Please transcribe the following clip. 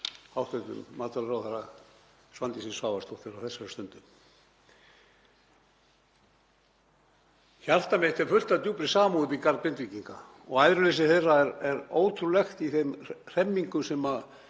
Hjarta mitt er fullt af djúpri samúð í garð Grindvíkinga. Æðruleysi þeirra er ótrúlegt í þeim hremmingum sem